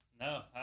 No